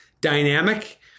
dynamic